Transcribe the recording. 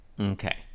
Okay